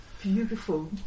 beautiful